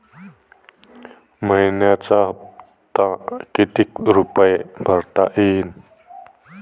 मइन्याचा हप्ता कितीक रुपये भरता येईल?